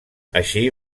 així